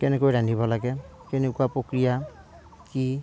কেনেকৈ ৰান্ধিব লাগে কেনেকুৱা প্ৰক্ৰিয়া কি